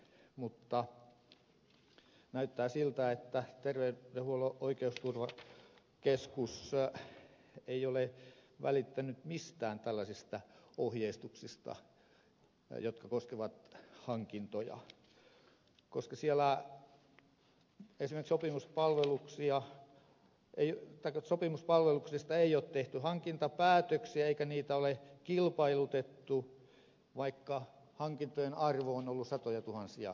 mutta näyttää siltä että terveydenhuollon oikeusturvakeskus ei ole välittänyt mistään tällaisista ohjeistuksista jotka koskevat hankintoja koska siellä esimerkiksi sopimuspalveluksista ei ole tehty hankintapäätöksiä eikä niitä ole kilpailutettu vaikka hankintojen arvo on ollut satojatuhansia euroja